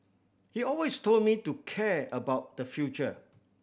he always told me to care about the future